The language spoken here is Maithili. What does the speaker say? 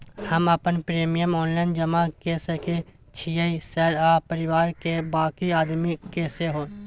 हम अपन प्रीमियम ऑनलाइन जमा के सके छियै सर आ परिवार के बाँकी आदमी के सेहो?